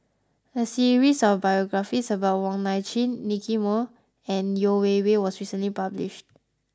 a series of biographies about Wong Nai Chin Nicky Moey and Yeo Wei Wei was recently published